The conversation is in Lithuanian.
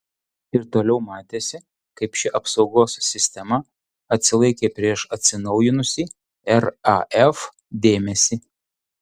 ir toliau matėsi kaip ši apsaugos sistema atsilaikė prieš atsinaujinusį raf dėmesį